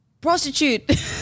prostitute